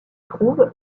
trouve